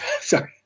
sorry